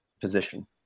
position